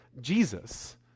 Jesus